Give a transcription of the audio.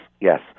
yes